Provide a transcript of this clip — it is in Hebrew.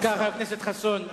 דקה, חבר הכנסת חסון.